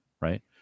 Right